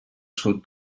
sud